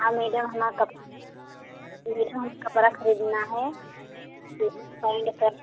कपड़ा खरीदना है पैंट शर्ट